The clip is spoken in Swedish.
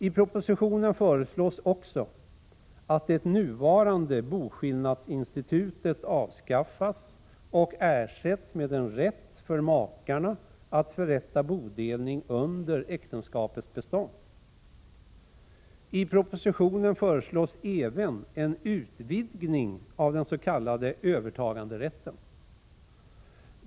I propositionen föreslås också att det nuvarande boskillnadsinstitutet avskaffas och ersätts med en rätt för makarna att förrätta bodelning under äktenskapets bestånd. I propositionen föreslås även en utvidgning av dens.k. övertaganderätten.